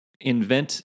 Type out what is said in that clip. invent